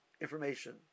information